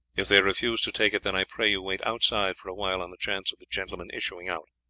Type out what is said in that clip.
if they refuse to take it, then i pray you wait outside for a while on the chance of the gentlemen issuing out.